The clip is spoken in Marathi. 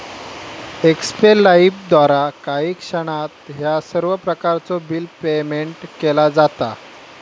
एक्स्पे लाइफद्वारा काही क्षणात ह्या सर्व प्रकारचो बिल पेयमेन्ट केला जाता